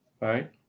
Right